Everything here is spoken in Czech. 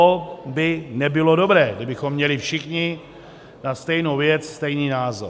To by nebylo dobré, kdybychom měli všichni na stejnou věc stejný názor.